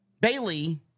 Bailey